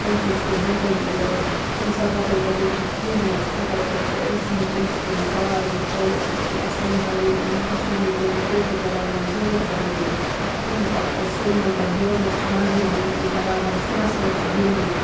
تٔمۍ سٕنٛز کِژھ زِنٛدگی ٲس تٔمۍ سۄ کَپٲرۍ کَپٲرۍ چھےٚ پھیٖرمٕژ سۄ کَتہِ کَتہِ چھےٚ ٲسمٕژ تٔمۍ چھِ تِمَن سارنٕے سٲرسٕے چھِ تٔمۍ اَصٕل پنٕنہِ کَشمیٖری کٲنیہِ کٲشِر زَبانہِ منٛز بٲتھ بَنٲومٕتۍ یِمَن پَتہٕ سُے یِمَن پَتہٕ بوزنَس چھِ مَزٕ یِوان یِم تٔمۍ بَرابَر سُرَس منٛز چھِ گیٚومٕتۍ